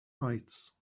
heights